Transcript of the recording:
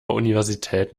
universität